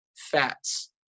fats